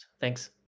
Thanks